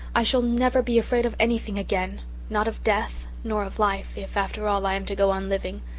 i shall never be afraid of anything again not of death nor of life, if after all, i am to go on living.